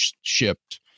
shipped